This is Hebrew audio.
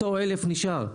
אותו אלף נשאר.